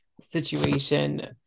situation